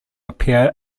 appear